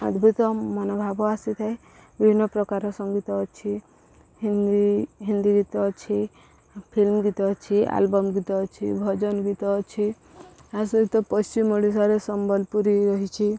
ଅଦ୍ଭୁତ ମନୋଭାବ ଆସିଥାଏ ବିଭିନ୍ନ ପ୍ରକାର ସଙ୍ଗୀତ ଅଛି ହିନ୍ଦୀ ହିନ୍ଦୀ ଗୀତ ଅଛି ଫିଲ୍ମ ଗୀତ ଅଛି ଆଲବମ୍ ଗୀତ ଅଛି ଭଜନ ଗୀତ ଅଛି ତା ସହିତ ପଶ୍ଚିମ ଓଡ଼ିଶାରେ ସମ୍ବଲପୁରୀ ରହିଛି